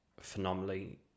phenomenally